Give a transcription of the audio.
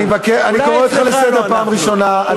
חבר הכנסת ילין, אני קורא אותך לסדר בפעם הראשונה.